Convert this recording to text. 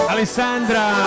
Alessandra